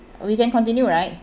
we can continue right